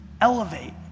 elevate